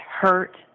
hurt